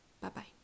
Bye-bye